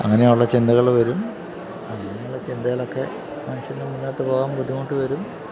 അങ്ങനെയുള്ള ചിന്തകള് വരും അങ്ങനെയുള്ള ചിന്തകളൊക്കെ മനുഷ്യന് മുന്നോട്ടുപോകുവാൻ ബുദ്ധിമുട്ട് വരും